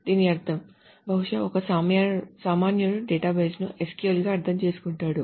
దీని అర్థం బహుశా ఒక సామాన్యుడు డేటాబేస్ను SQL గా అర్థం చేసుకుంటాడు